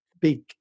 big